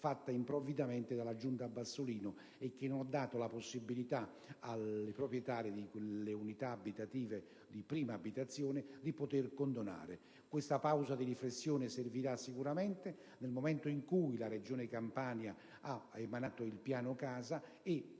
fatta improvvidamente dalla Giunta Bassolino, che non ha dato la possibilità ai proprietari di quelle unità abitative di poter condonare. Questa pausa di riflessione servirà sicuramente, dal momento che la Regione Campania ha emanato il piano casa e